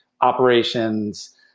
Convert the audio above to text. operations